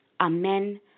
Amen